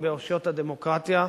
באושיות הדמוקרטיה,